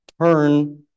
turn